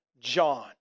John